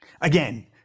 Again